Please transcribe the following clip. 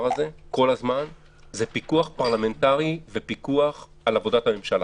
הזה זה פיקוח פרלמנטרי ופיקוח על עבודת הממשלה.